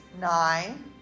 nine